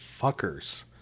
fuckers